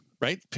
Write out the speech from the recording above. right